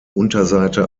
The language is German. unterseite